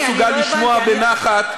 הוא לא מסוגל לשמוע בנחת.